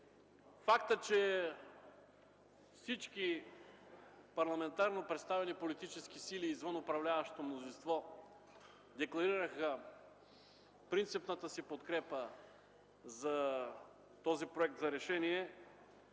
фактът, че всички парламентарно представени политически сили извън управляващото мнозинство декларираха принципната си подкрепа за този проект за решение,